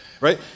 Right